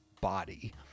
body